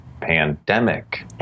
pandemic